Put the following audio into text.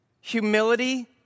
humility